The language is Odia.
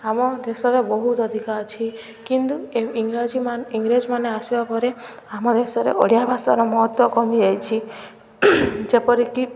ଆମ ଦେଶରେ ବହୁତ ଅଧିକା ଅଛି କିନ୍ତୁ ଇଂରାଜୀ ଇଂରେଜମାନେ ଆସିବା ପରେ ଆମ ଦେଶରେ ଓଡ଼ିଆ ଭାଷାର ମହତ୍ତ୍ଵ କମିଯାଇଛି ଯେପରିକି